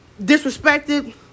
disrespected